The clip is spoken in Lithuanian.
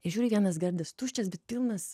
i žiūri vienas gardas tuščias bet pilnas